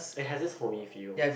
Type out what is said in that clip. it has this homey feel